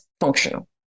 functional